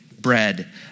bread